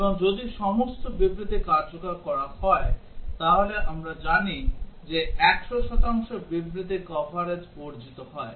এবং যদি সমস্ত বিবৃতি কার্যকর করা হয় তাহলে আমরা জানি যে 100 শতাংশ বিবৃতি কভারেজ অর্জিত হয়